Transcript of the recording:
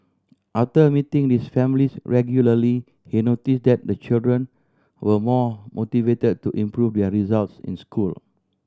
after meeting these families regularly he noticed that the children were more motivated to improve their results in school